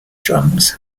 drums